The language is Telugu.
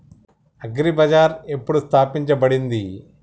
అగ్రి బజార్ ఎప్పుడు స్థాపించబడింది?